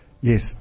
yes